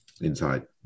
Inside